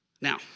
Now